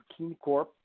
KeenCorp